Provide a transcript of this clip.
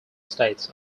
states